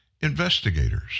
investigators